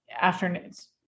afternoons